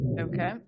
Okay